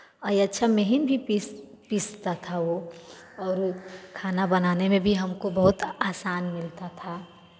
और अच्छा महीन भी पीसता था वो और वो खाना बनाने में भी हमको बहुत आसान मिलता था